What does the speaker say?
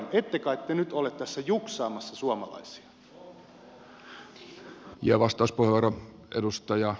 ette kai te nyt ole tässä juksaamassa suomalaisia